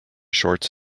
shorts